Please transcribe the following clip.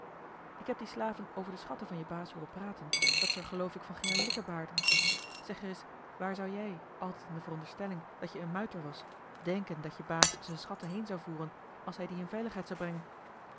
k heb die slaven over de schatten van je baas hooren praten dat ze er geloof ik van gingen likkebaarden zeg ereis waar zou jij altijd in de veronderstelling dat je een muiter was denken dat je baas z'n schatten heen zou voeren als hij die in veiligheid zou brengen